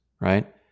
right